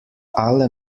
alle